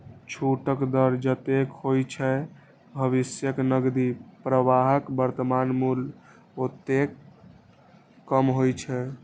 छूटक दर जतेक होइ छै, भविष्यक नकदी प्रवाहक वर्तमान मूल्य ओतबे कम होइ छै